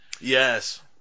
Yes